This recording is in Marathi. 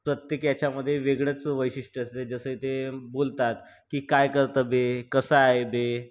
प्रत्येक याच्यामधे वेगळंच वैशिष्ट असते जसं ते बोलतात की काय करतं बे कसा आहे बे